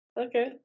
Okay